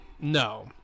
No